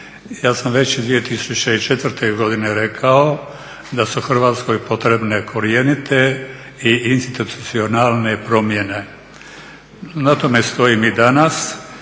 ja sam već 2004.godine rekao da su Hrvatskoj potrebne korjenite i institucionalne promjene. Na tome stojim i danas